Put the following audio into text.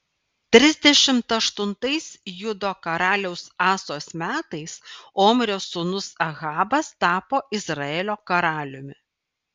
trisdešimt aštuntais judo karaliaus asos metais omrio sūnus ahabas tapo izraelio karaliumi